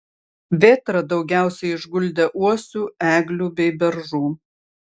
vėtra daugiausiai išguldė uosių eglių bei beržų